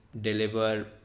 deliver